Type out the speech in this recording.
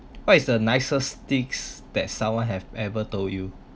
what is the nicest things that someone have ever told you